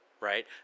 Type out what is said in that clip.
right